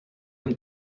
amb